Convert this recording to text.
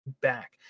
back